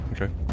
Okay